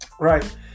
right